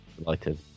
Delighted